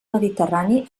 mediterrani